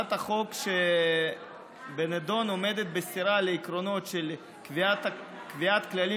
הצעת החוק שבנדון עומדת בסתירה לעקרונות של קביעת כללים